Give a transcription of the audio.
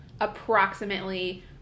approximately